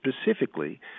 specifically